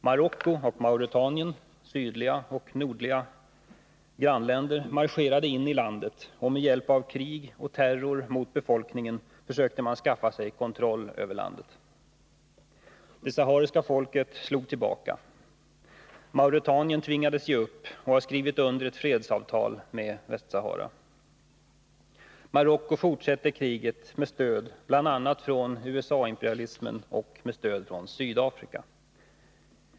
Marocko och Mauretanien, sydliga och nordliga grannländer, marscherade in i landet, och med hjälp av krig och terror mot befolkningen försökte man skaffa sig kontroll över landet. Det sahariska folket slog tillbaka. Mauretanien tvingades ge upp och har skrivit under ett fredsavtal samt erkänt Västsahara. Marocko fortsätter kriget med stöd från bl.a. USA-imperialismen och Sydafrika.